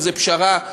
לאיזו פשרה,